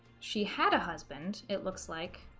she had a husband, it looks like,